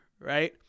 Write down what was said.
right